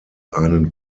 einen